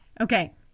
Okay